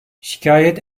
şikayet